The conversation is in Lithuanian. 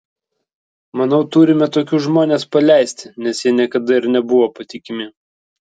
manau turime tokius žmones paleisti nes jie niekada ir nebuvo patikimi